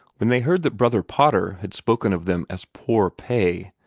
when they heard that brother potter had spoken of them as poor pay,